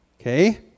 Okay